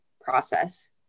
process